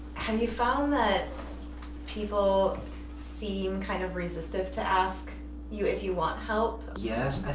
and you found that people seem kind of resistive to ask you if you want help? yes,